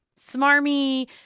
Smarmy